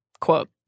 quote